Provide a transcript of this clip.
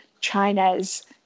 China's